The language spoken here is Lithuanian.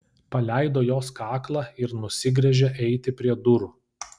paleido jos kaklą ir nusigręžė eiti prie durų